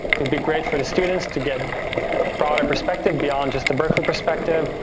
could be great for the students to get broader perspective beyond just a berkeley perspective,